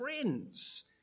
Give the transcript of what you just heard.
friends